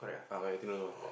ah eighteen dollars more